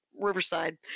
riverside